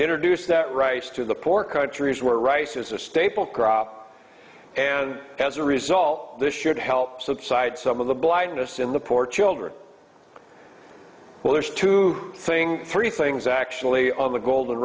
introduce that rice to the poor countries where rice is a staple crop and as a result this should help subside some of the blindness in the poor children well there's two things three things actually on the golden